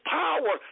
power